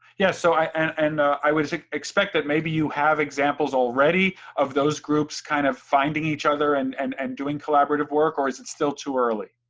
yeah, so and i would expect that maybe you have examples already of those groups, kind of finding each other and and and doing collaborative work, or is it still too early?